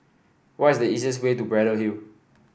what is the easiest way to Braddell Hill